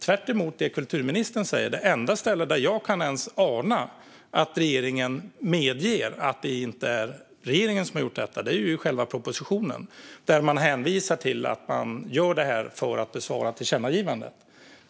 Tvärtemot det kulturministern sa är det enda ställe där jag ens kan ana att regeringen medger att det inte är regeringen som har gjort detta själva propositionen. Där hänvisar man till att man gör detta för att besvara tillkännagivandet.